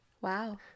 Wow